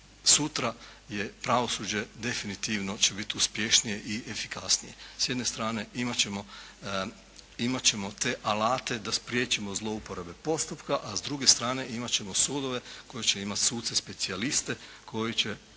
sutra je pravosuđe definitivno će biti uspješnije i efikasnije. S jedne strane imati ćemo te alate da spriječimo zlouporabe postupka, a s druge strane imati ćemo sudove koji će imati suce specijaliste koji će